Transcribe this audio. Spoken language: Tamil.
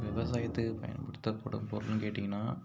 விவசாயத்துக்கு பயன்படுத்தப்படும் பொருள்ன்னு கேட்டிங்கனால்